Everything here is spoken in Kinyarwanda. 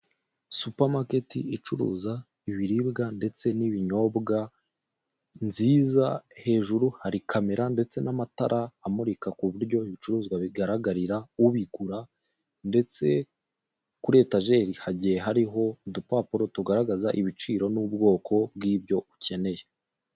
Supamaketi icuruza ibiribwa ndetse n'ibinyobwa, nziza, hejuru hari kamera ndetse n'amatara amurika ku buryo ibicuruzwa bigaragarira ubigura, ndetse kuri etajeri hagiye hariho udupapuro tugaragaza ibiciro n'ubwoko bw'ibyo ukeneye.